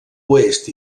oest